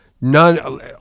none